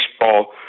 baseball